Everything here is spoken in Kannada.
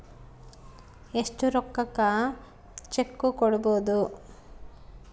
ಎಷ್ಟು ರೊಕ್ಕಕ ಚೆಕ್ಕು ಕೊಡುಬೊದು